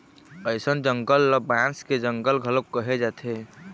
अइसन जंगल ल बांस के जंगल घलोक कहे जाथे